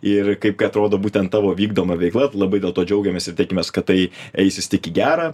ir kaip atrodo būtent tavo vykdoma veikla labai dėl to džiaugiamės ir tikimės kad tai eisis tik į gera